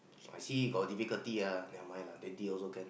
I see he got difficulty ah never mind lah twenty also can